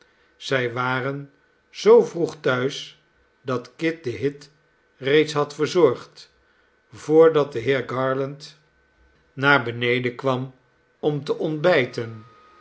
zij waren zoo vroeg thuis dat kit den hit reeds had verzorgd voordat de heer garland naar beneden kwam om te ontbijten